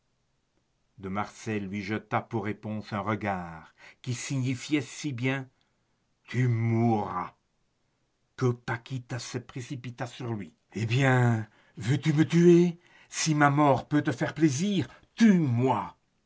de marsay lui jeta pour réponse un regard qui signifiait si bien tu mourras que paquita se précipita sur lui eh bien veux-tu me tuer si ma mort peut te faire plaisir tue-moi